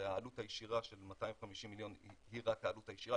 והעלות הישירה של 250 מיליון היא רק העלות הישירה,